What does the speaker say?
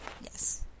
Yes